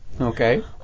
Okay